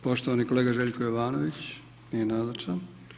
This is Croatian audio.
Poštovani kolega Željko Jovanović, nije nazočan.